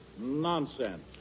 nonsense